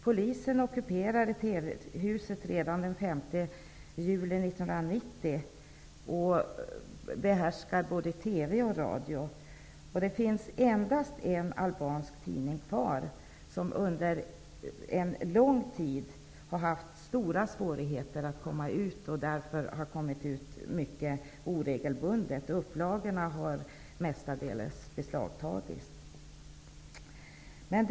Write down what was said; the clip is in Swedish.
Polisen ockuperade TV-huset redan den 5 juli 1990 och behärskar både TV och radio. Det finns endast en albansk tidning kvar, som under lång tid har haft stora svårigheter att komma ut annat än mycket oregelbundet -- upplagorna har mestadels beslagtagits.